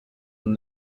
will